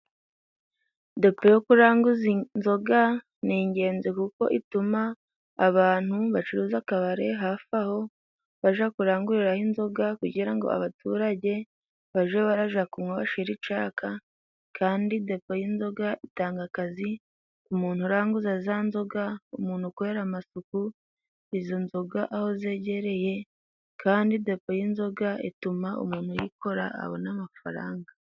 Depo yo kuranguza inzoga ni ingenzi kuko ituma abantu bacuruza akabari hafi aho baja kuranguriraho inzoga, kugira ngo abaturage baje baraja kunywa bashire icyaka. Kandi depo y'inzoga itanga akazi ku muntu uranguza za nzoga, umuntu ukorera amasuku izo nzoga aho zegereye, kandi depo y'inzoga ituma umuntu uyikora abona amafaranga.